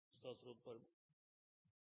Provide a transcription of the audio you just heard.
statsråd